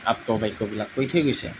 আপ্ত বাক্যবিলাক কৈ থৈ গৈছে